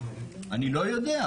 אני לא יודע.